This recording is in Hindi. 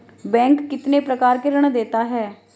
बैंक कितने प्रकार के ऋण देता है?